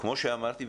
כפי שאמרתי,